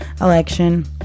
election